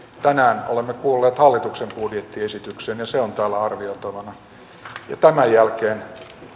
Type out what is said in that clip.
tänään olemme kuulleet hallituksen budjettiesityksen ja se on täällä arvioitavana ja tämän jälkeen